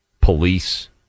Police